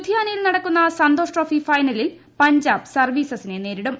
ലുധിയാനയിൽ നടക്കുന്ന സന്തോഷ്ട്രോഫി ഫൈനലിൽ പഞ്ചാബ് സർവ്വീസസിനെ നേരിടും